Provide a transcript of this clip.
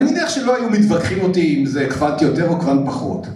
אני מניח שלא היו מתווכחים אותי אם זה קוונט יותר או קוונט פחות